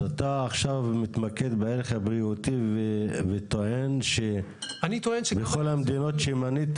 אז אתה עכשיו מתמקד בערך הבריאותי וטוען שבכל המדינות שמנית